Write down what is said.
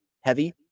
heavy